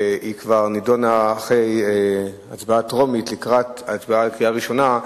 והיא כבר נדונה אחרי הצבעה טרומית לקראת הצבעה על קריאה ראשונה,